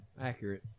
Accurate